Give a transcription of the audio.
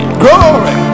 glory